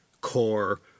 core